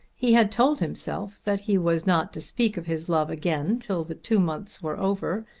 he had told himself that he was not to speak of his love again till the two months were over,